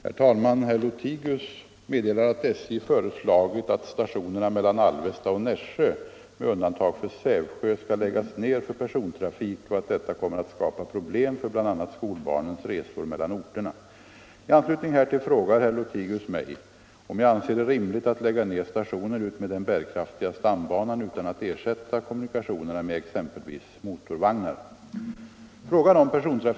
Herr talman! Herr Lothigius meddelar att SJ föreslagit att stationerna mellan Alvesta och Nässjö, med undantag för Sävsjö, skall läggas ner för persontrafik och att detta kommer att skapa problem för bl.a. skolbarnens resor mellan orterna. I anslutning härtill frågar herr Lothigius mig om jag anser det rimligt att lägga ner stationer utmed den bärkraftiga stambanan utan att ersätta kommunikationerna med exempelvis motorvagnar.